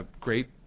great